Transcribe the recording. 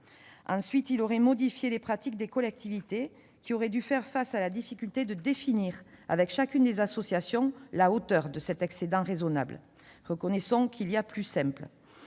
conséquence, modifié les pratiques des collectivités, qui auraient dû faire face à la difficulté de définir avec chacune des associations la hauteur de cet excédent raisonnable. Reconnaissons qu'il y a plus simple.